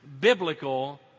biblical